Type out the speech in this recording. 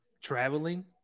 Traveling